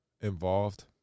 involved